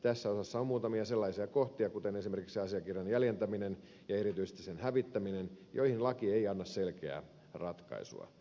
tässä osassa on muutamia sellaisia kohtia kuten esimerkiksi asiakirjan jäljentäminen ja erityisesti sen hävittäminen joihin laki ei anna selkeää ratkaisua